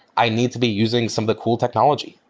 i need to be using some of the cool technology,